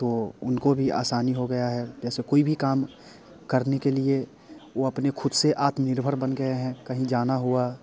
तो उनको भी आसानी हो गई है जैसे कोई भी काम करने के लिए वो अपने ख़ुद से आत्मनिर्भर बन गएँ हैं कहीं जाना हुआ